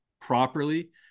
properly